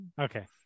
Okay